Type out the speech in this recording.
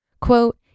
Quote